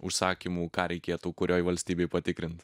užsakymų ką reikėtų kurioj valstybėj patikrint